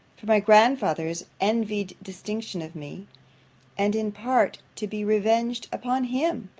for my grandfather's envied distinction of me and in part to be revenged upon him,